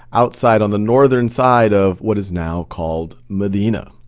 outside, on the northern side of what is now called medina.